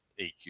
eq